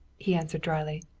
he answered dryly.